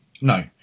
No